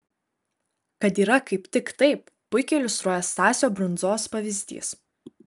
kad yra kaip tik taip puikiai iliustruoja stasio brundzos pavyzdys